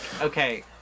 okay